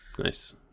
Nice